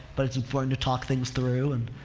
but it's important to talk things through and,